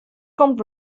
komt